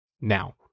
now